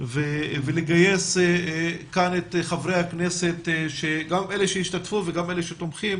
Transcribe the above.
ולגייס את חברי הכנסת גם אלה שהשתתפו וגם אלה שתומכים